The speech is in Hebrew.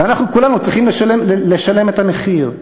ואנחנו כולנו צריכים לשלם את המחיר.